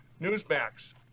Newsmax